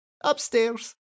Upstairs